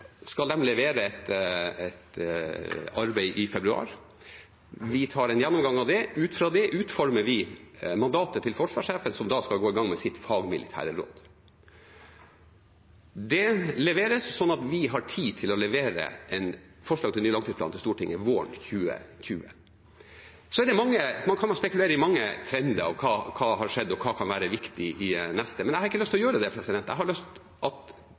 skal levere et arbeid i februar. Vi tar en gjennomgang av det, og ut fra det utformer vi mandatet til forsvarssjefen, som da skal gå i gang med sitt fagmilitære råd. Det leveres slik at vi har tid til å levere til Stortinget et forslag til ny langtidsplan våren 2020. Man kan spekulere i mange trender: Hva har skjedd, og hva kan være viktig i den neste, men jeg har ikke lyst til å gjøre det. Jeg har lyst til at